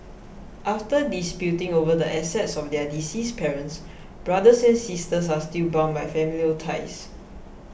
after disputing over the assets of their deceased parents brothers and sisters are still bound by familial ties